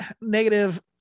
negative